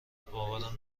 باورم